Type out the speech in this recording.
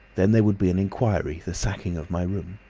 then there would be an inquiry, the sacking of my room.